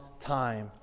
time